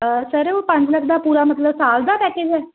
sir ਉਹ ਪੰਜ ਲੱਖ ਦਾ ਪੂਰਾ ਮਤਲਬ ਸਾਲ ਦਾ ਪੈਕੇਜ ਹੈ